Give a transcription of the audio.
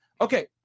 okay